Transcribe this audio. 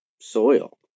soil